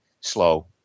slow